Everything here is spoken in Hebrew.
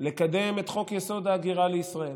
לקדם את חוק-יסוד: ההגירה לישראל,